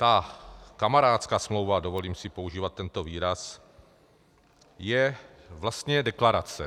Ta kamarádská smlouva dovolím si používat tento výraz je vlastně deklarace.